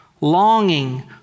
longing